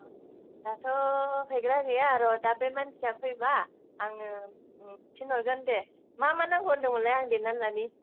दाथ' हैग्रा गैया र' दा बे मानसिया फैबा आङो थिनहरगोन दे मा मा नांगौ होनदोंमोनलाइ आं लिरनानै लानि